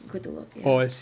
go to work ya